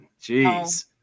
Jeez